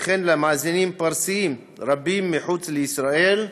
וכן למאזינים פרסים רבים מחוץ לישראל.